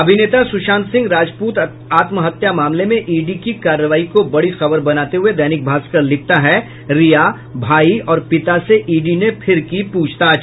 अभिनेता सुशांत सिंह राजपूत आत्महत्या मामले में ईडी की कार्रवाई को बड़ी खबर बनाते हुये दैनिक भास्कर लिखता है रिया भाई और पिता से ईडी ने फिर की पूछताछ